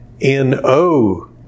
n-o